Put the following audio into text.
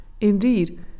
Indeed